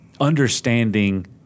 Understanding